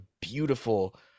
beautiful